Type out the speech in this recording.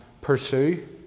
pursue